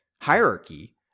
hierarchy